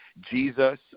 Jesus